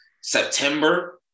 September